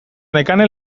nekane